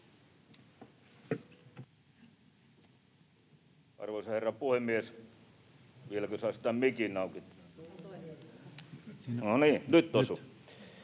Arvoisa herra puhemies! — Vielä kun saisi tämän mikin auki. No niin, nyt osui.